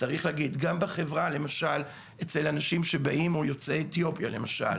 צריך להגיד, גם אצל יוצאי אתיופיה למשל.